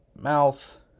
mouth